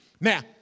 Now